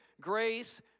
grace